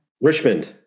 richmond